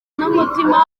n’umutima